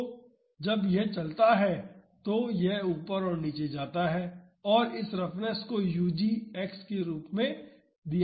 तो जब यह चलता है तो यह ऊपर और नीचे जाता है और इस रफनेस को ug X के रूप में दिया गया है